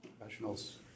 professionals